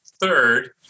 third